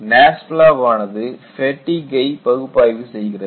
NASFLA வானது ஃபேட்டிக்கை பகுப்பாய்வு செய்கிறது